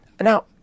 Now